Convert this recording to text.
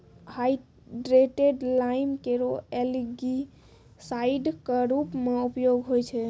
hydrated lime केरो algicide क रूप म उपयोग होय छै